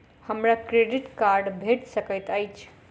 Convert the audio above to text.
हमरा credit card भेट सकैत अछि?